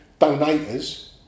donators